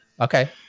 Okay